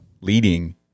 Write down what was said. Leading